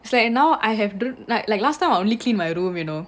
it's like now I have like like last time I only clean my room you know